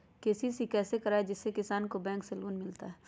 KCC कैसे कराये जिसमे किसान को बैंक से लोन मिलता है?